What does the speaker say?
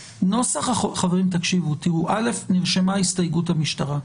חברים, תקשיבו, א', נרשמה הסתייגות המשטרה.